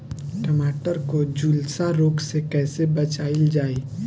टमाटर को जुलसा रोग से कैसे बचाइल जाइ?